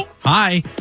Hi